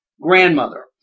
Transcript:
grandmother